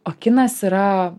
o kinas yra